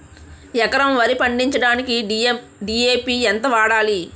ఎకరం వరి పండించటానికి డి.ఎ.పి ఎంత వాడాలి?